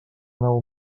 nou